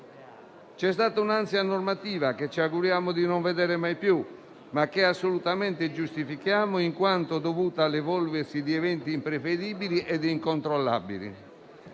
C'è stata un'ansia normativa che ci auguriamo di non vedere mai più, ma che assolutamente giustifichiamo, in quanto dovuta all'evolversi di eventi imprevedibili e incontrollabili.